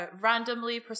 randomly